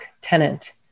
tenant